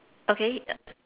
okay uh